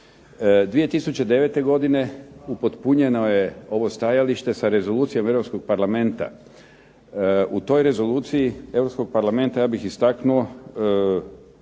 2009. godine upotpunjeno je ovo stajalište sa Rezolucijom Europskog parlamenta. U toj rezoluciji Europskog Parlamenta ja bih istaknuo